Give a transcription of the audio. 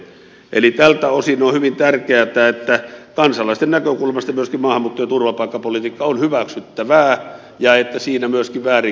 eli tältä osin on hyvin tärkeätä että kansalaisten näkökulmasta myöskin maahanmuutto ja turvapaikkapolitiikka on hyväksyttävää ja että siinä myöskin väärinkäyttöön puututaan